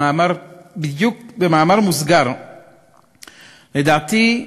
במאמר מוסגר, לדעתי,